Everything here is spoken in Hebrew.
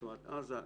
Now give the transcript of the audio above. ברצועת עזה,